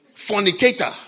fornicator